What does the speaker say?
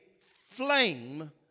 flame